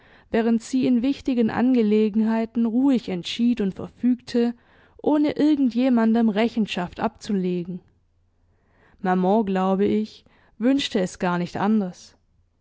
während sie in wichtigen angelegenheiten ruhig entschied und verfügte ohne irgend jemandem rechenschaft abzulegen maman glaube ich wünschte es gar nicht anders